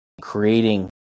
creating